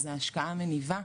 זו השקעה מניבה.